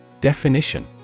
Definition